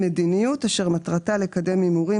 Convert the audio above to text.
"משחקים באחריות" מדיניות אשר מטרתה לקדם הימורים